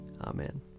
Amen